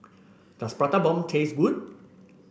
does Prata Bomb taste good